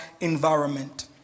environment